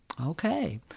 Okay